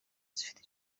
zifite